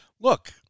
Look